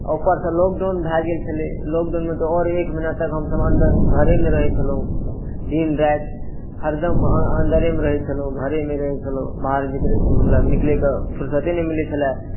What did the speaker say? आओर उपरसँ लॉकडाउन भऽ गेल छलै लॉकडाउनमे तऽ आओर एक महिना तक हमसब आदमी अन्दर घरेमे रहै छलहुँ दिनराति हरदम अन्दरेमे रहै छलहुँ घरेमे रहै छलहुँ बाहर भीतर निकलैके फुरसते नहि मिलै छलै